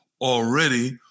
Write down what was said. already